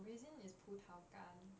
raisin is 葡萄干